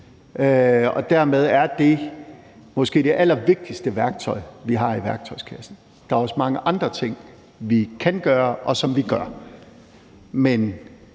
Dermed er det måske det allervigtigste værktøj, vi har i værktøjskassen. Der er også mange andre ting, vi kan gøre, og som vi gør.